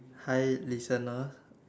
hi listener